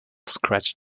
scratch